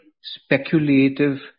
speculative